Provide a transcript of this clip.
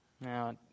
Now